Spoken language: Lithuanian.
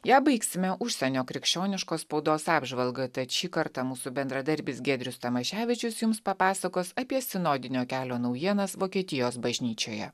ją baigsime užsienio krikščioniškos spaudos apžvalga tad šį kartą mūsų bendradarbis giedrius tamaševičius jums papasakos apie sinodinio kelio naujienas vokietijos bažnyčioje